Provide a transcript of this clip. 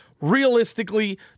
Realistically